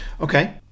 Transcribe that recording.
Okay